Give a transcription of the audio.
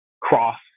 cross